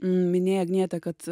minėjai agniete kad